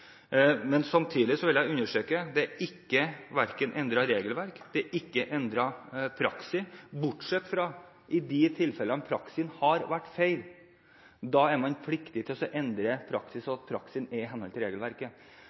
Samtidig vil jeg understreke at det verken er endret regelverk eller praksis bortsett fra i de tilfellene der praksisen har vært feil. Da er man pliktig til å endre praksis, slik at praksisen er i henhold til regelverket.